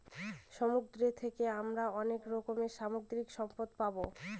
সমুদ্র থাকে আমরা অনেক রকমের সামুদ্রিক সম্পদ পাবো